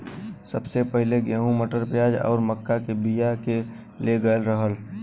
सबसे पहिले गेंहू, मटर, प्याज आउर मक्का के बिया के ले गयल रहल